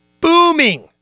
booming